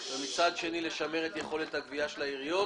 ומצד שני לשמר את יכולת הגבייה של העיריות.